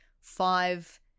five